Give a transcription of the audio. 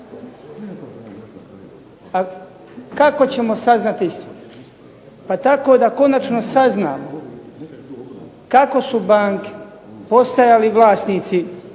A kako ćemo saznati? Pa tako da konačno saznamo kako su banke postajali vlasnici